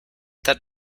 that